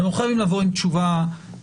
אתם לא חייבים לבוא עם תשובה מלאה.